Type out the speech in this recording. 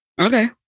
Okay